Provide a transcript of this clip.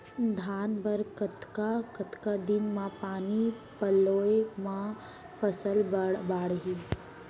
धान बर कतका कतका दिन म पानी पलोय म फसल बाड़ही?